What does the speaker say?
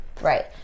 Right